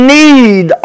need